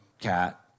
cat